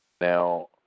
Now